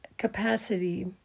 capacity